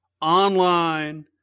online